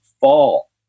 fall